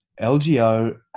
LGO